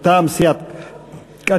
מטעם סיעת קדימה.